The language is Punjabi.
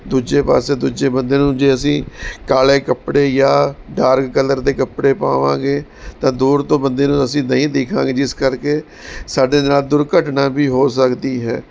ਦੂਜੇ ਪਾਸੇ ਦੂਜੇ ਬੰਦੇ ਨੂੰ ਜੇ ਅਸੀਂ ਕਾਲੇ ਕੱਪੜੇ ਜਾਂ ਡਾਰਕ ਕਲਰ ਦੇ ਕੱਪੜੇ ਪਾਵਾਂਗੇ ਤਾਂ ਦੂਰ ਤੋਂ ਬੰਦੇ ਨੂੰ ਅਸੀਂ ਨਹੀਂ ਦਿਖਾਂਗੇ ਜਿਸ ਕਰਕੇ ਸਾਡੇ ਨਾਲ ਦੁਰਘਟਨਾ ਵੀ ਹੋ ਸਕਦੀ ਹੈ